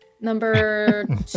Number